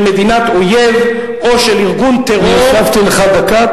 של מדינת אויב או של ארגון טרור" אני הוספתי לך דקה.